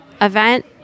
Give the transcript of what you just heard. event